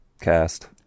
cast